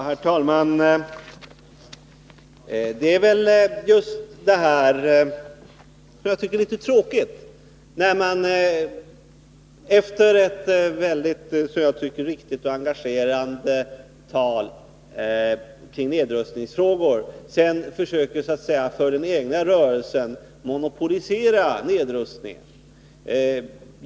Herr talman! Det jag tycker är litet tråkigt är att Evert Svensson, efter ett som jag tycker riktigt och engagerande tal i nedrustningsfrågor, försöker att så att säga monopolisera nedrustningen för den egna rörelsen.